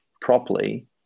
properly